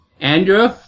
Andrew